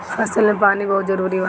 फसल में पानी बहुते जरुरी बाटे